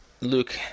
Luke